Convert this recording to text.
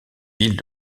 ville